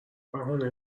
بهونه